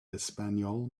español